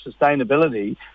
sustainability